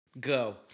go